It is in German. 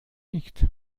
nicht